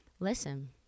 Listen